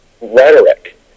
Rhetoric